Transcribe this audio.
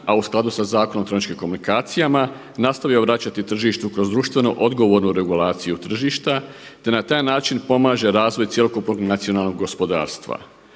a u skladu sa Zakonom o elektroničkim komunikacijama nastavio vraćati tržištu kroz društveno odgovornu regulaciju tržišta, te na taj način pomaže razvoj cjelokupnog nacionalnog gospodarstva.